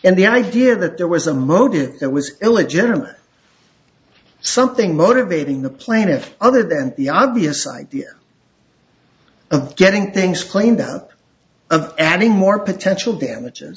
and the idea that there was a motive it was illegitimate something motivating the plaintiff other than the obvious idea of getting things planed out of adding more potential damages